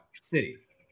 cities